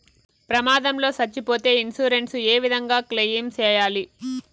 ప్రమాదం లో సచ్చిపోతే ఇన్సూరెన్సు ఏ విధంగా క్లెయిమ్ సేయాలి?